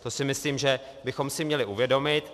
To si myslím, že bychom si měli uvědomit.